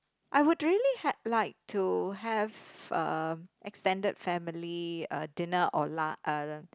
I would really had liked to have uh extended family uh dinner or lu~ uh